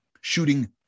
shooting